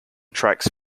tracks